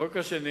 החוק השני